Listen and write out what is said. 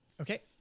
Okay